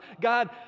God